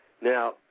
Now